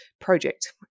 project